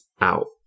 out